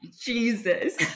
Jesus